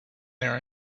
there